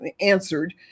answered